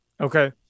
Okay